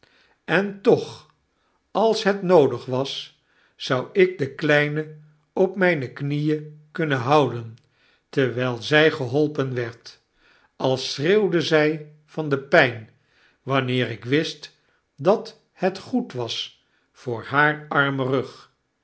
en toch als het noodig was zouikde kleine op myne knieen kunnen houden terwijl zij geholpen werd al schreeuwde zy van de pyn wanneer ik wist dat het goed was voor haar armen rug